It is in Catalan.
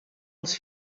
els